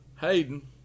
Hayden